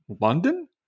London